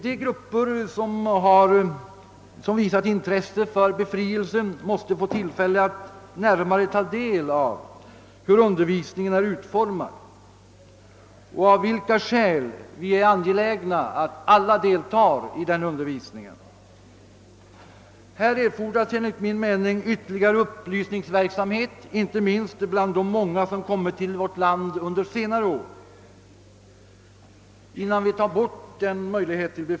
De grupper som visat intresse för befrielse måste få tillfälle att närmare ta del av hur undervisningen har utformats och av vilka skäl vi är angelägna om att alla skall delta i undervisningen. Innan vi tar bort den möjlighet till befrielse som nu finns erfordras enligt min mening ytterligare upplysningsverksamhet, inte minst bland de många som kommit till vårt land under senare år.